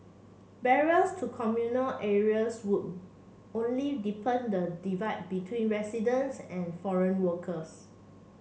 barriers to communal areas would only deepen the divide between residents and foreign workers